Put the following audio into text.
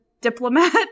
diplomat